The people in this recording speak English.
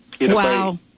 Wow